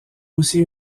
aussi